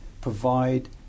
provide